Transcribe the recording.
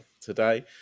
today